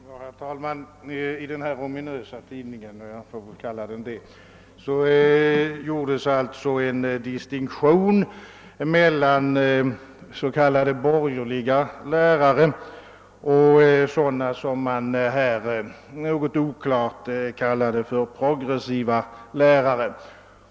Herr talman! I den här ominösa tidningen — jag får väl kalla den så — gjordes en distinktion mellan s.k. borgerliga lärare och sådana som något oklart kallades för progressiva lärare.